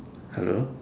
hello